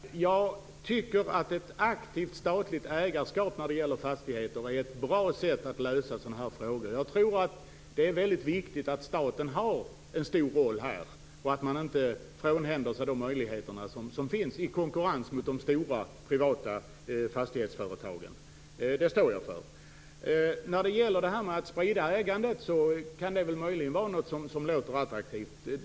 Herr talman! Jag skall fatta mig mycket kort. Jag tycker att ett aktivt statligt ägarskap i fastigheter är ett bra sätt att lösa sådana här frågor. Jag tror att det är viktigt att staten här har en stor roll och inte frånhänder sig de möjligheter som finns i konkurrens med de stora privata fastighetsföretagen. Det står jag för. Att sprida ägandet kan möjligen vara något som låter attraktivt.